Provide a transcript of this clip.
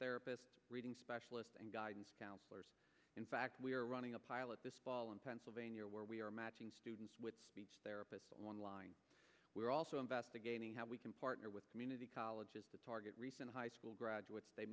therapist reading specialists and guidance counselors in fact we are running a pilot in pennsylvania where we are matching students with speech therapists online we are also investigating how we can partner with community colleges to target recent high school graduates th